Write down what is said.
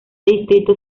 distrito